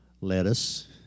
lettuce